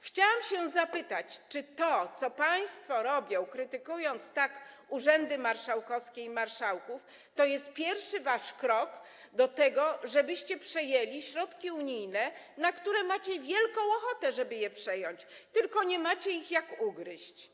Chciałam się zapytać: Czy to, co państwo robicie, krytykując tak urzędy marszałkowskie i marszałków, to jest pierwszy wasz krok do tego, żebyście przejęli środki unijne, na które macie wielką ochotę, chcecie je przejąć, tylko nie macie jak tego ugryźć?